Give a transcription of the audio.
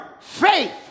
faith